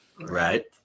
Right